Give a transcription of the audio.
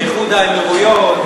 באיחוד האמירויות,